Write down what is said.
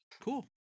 Cool